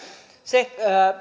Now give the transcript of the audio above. se